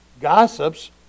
Gossips